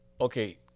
okay